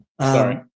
Sorry